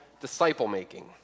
disciple-making